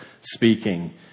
speaking